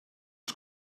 els